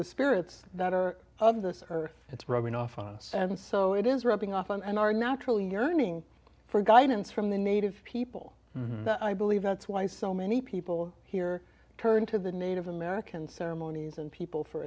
the spirits that are of this earth it's rubbing off on and so it is rubbing off on our natural yearning for guidance from the native people that i believe that's why so many people here turn to the native american ceremonies and people for